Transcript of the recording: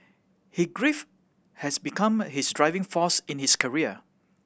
he grief has become his driving force in his career